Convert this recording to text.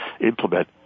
implement